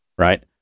Right